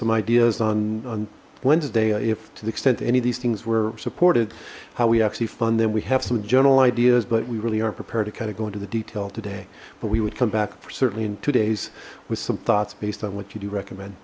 some ideas on wednesday if to the extent any of these things were supported how we actually fund them we have some general ideas but we really aren't prepared to kind of go into the detail today but we would come back certainly in two days with some thoughts based on what you do recommend